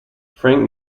frank